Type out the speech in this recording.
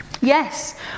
Yes